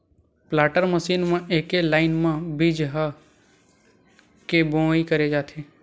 planter machine म एके line म बीजहा के बोवई करे जाथे